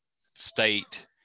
state